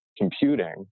computing